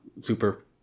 super